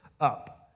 up